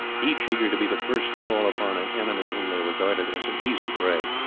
each eager to be the first to fall upon an enemy whom they regarded as an easy prey.